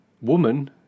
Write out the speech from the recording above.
woman